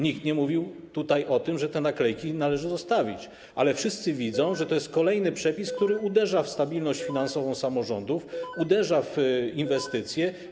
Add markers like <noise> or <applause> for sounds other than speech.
Nikt nie mówił tutaj o tym, że te naklejki należy zostawić, ale wszyscy widzą, <noise> że to jest kolejny przepis, który uderza w stabilność finansową samorządów, uderza w inwestycje.